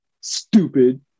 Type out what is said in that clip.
Stupid